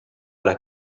alla